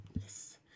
Yes